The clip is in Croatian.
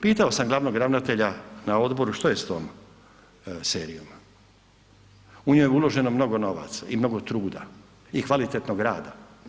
Pitao sam glavnog ravnatelja na odboru što je s tom serijom u nju je uloženo mnogo novaca i mnogo truda i kvalitetnog rada.